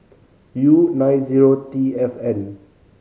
U nine zero T F N